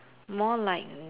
more like